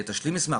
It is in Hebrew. תשלים מסמך,